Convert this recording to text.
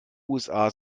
usa